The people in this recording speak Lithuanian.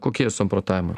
kokie samprotavimai